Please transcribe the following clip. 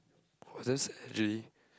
was just dream